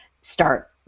start